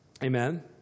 Amen